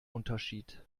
unterschied